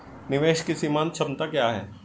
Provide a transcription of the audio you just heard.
निवेश की सीमांत क्षमता क्या है?